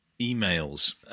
emails